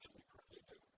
we currently do.